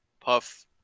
puff